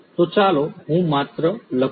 તો ચાલો હું માત્ર લખું